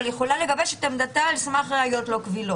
אבל היא יכולה לגבש את עמדתה על סמך ראיות לא קבילות,